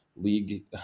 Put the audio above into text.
league